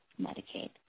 Medicaid